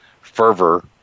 fervor